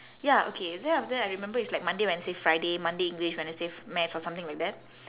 ya okay then after that I remember it's like monday wednesday friday monday english wednesday maths or something like that